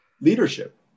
Leadership